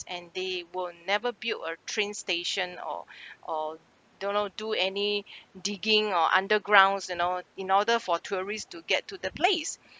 and they won't never built a train station or or don't don't do any digging or undergrounds and all in order for tourists to get to the place